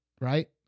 right